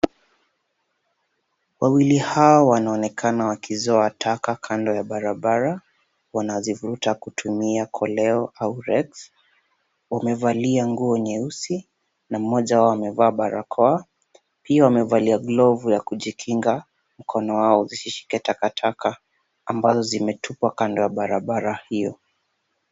Wawili hao wanaonekana wakizoa taka kando ya barabara, wanazivuta kutumia koleo au rex . Wamevalia nguo nyeusi na mmoja wao amevaa barakoa, pia amevalia glovu ya kujikinga mkono wao usishike takataka ambazo zimetupwa kando ya barabara hiyo.